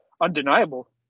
undeniable